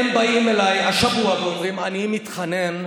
הם באים אליי השבוע ואומרים: אני מתחנן,